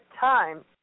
time